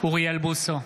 אוריאל בוסו,